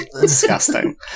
Disgusting